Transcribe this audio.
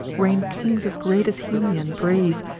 reign'd kings as great as he, and brave,